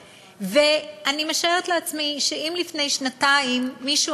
ואני משערת לעצמי שאם לפני שנתיים מישהו